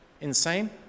insane